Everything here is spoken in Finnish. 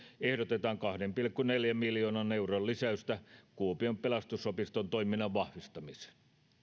ehdotetaan kahden pilkku neljän miljoonan euron lisäystä kuopion pelastusopiston toiminnan vahvistamiseen